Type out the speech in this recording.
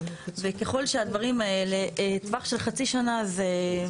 וככל שהדברים האלה, טווח של חצי שנה זה,